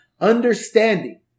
understanding